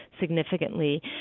significantly